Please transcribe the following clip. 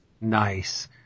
Nice